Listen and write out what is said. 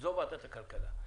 זו ועדת הכלכלה.